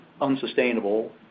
unsustainable